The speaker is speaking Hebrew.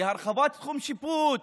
להרחבת תחום שיפוט,